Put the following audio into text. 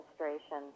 administration